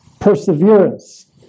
perseverance